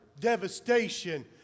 devastation